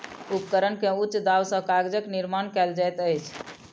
उपकरण के उच्च दाब सॅ कागजक निर्माण कयल जाइत अछि